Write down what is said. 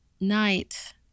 Night